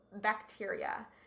bacteria